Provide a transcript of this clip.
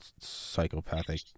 psychopathic